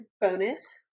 bonus